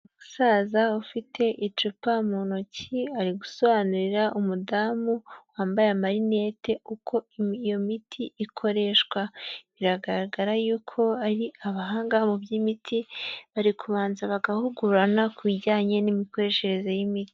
Umusaza ufite icupa mu ntoki, ari gusobanurira umudamu wambaye amarinete, uko iyo miti ikoreshwa, biragaragara yuko ari abahanga mu by'imiti, bari kubanza bagahugurana ku bijyanye n'imikoreshereze y'imiti.